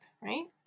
right